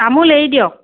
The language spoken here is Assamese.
তামোল এৰি দিয়ক